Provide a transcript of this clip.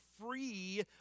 free